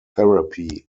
therapy